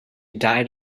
died